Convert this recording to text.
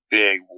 big